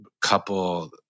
couple